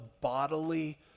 bodily